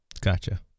Gotcha